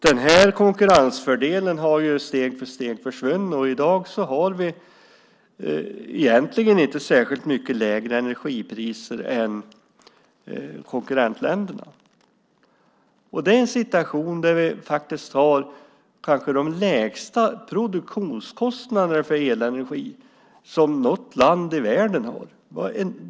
Denna konkurrensfördel har steg för steg försvunnit, och i dag har vi egentligen inte särskilt mycket lägre energipriser än konkurrentländerna. Och det är i en situation där vi har de kanske lägsta produktionskostnaderna för elenergi som något land i världen har.